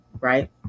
right